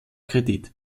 kredit